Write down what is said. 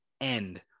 end